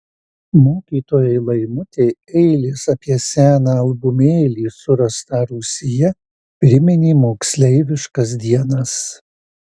mokytojai laimutei eilės apie seną albumėlį surastą rūsyje priminė moksleiviškas dienas